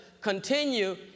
continue